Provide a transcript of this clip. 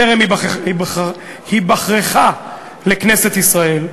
טרם היבחרך לכנסת ישראל,